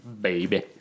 Baby